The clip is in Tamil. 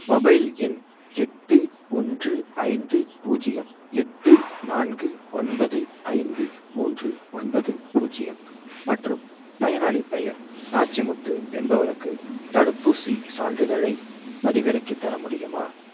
மொபைல் எண் எட்டு ஓன்று ஐந்து பூஜ்ஜியம் எட்டு நான்கு ஒன்பது ஐந்து மூன்று ஒன்பது பூஜ்ஜியம் மற்றும் பயனாளிப் பெயர் நாச்சிமுத்து என்பவருக்கு தடுப்பூசிச் சான்றிதழைப் பதிவிறக்கித் தரமுடியுமா